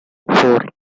four